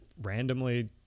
randomly